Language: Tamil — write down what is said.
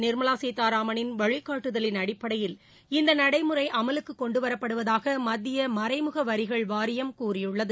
நிர்மலா சீதாராமனின் வழிகாட்டுதவின் அடிப்படையில் இந்த நடைமுறை அமலுக்கு கொண்டு வரப்படுவதாக மத்திய மறைமுக வரிகள் வாரியம் கூறியுள்ளது